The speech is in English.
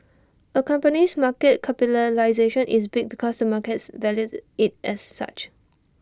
A company's market capitalisation is big because the market values IT it as such